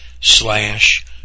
slash